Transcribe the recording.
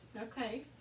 Okay